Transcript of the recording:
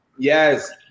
Yes